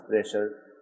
pressure